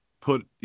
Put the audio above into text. put